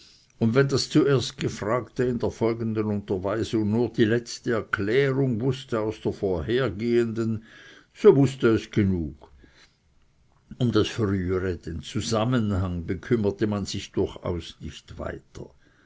und wenn das zuerst gefragte in der folgenden unterweisung nur die letzte erklärung wußte aus der vorhergehenden so wußte es genug um das frühere den zusammenhang bekümmerte man sich durchaus nicht weiter